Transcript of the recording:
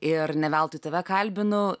ir ne veltui tave kalbinu